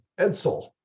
Edsel